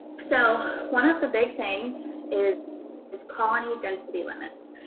so one of the big things is is colony density limits.